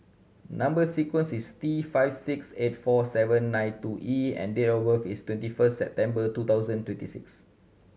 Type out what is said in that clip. number sequence is T five six eight four seven nine two E and date of birth is twenty first September two thousand and twenty six